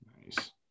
nice